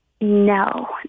No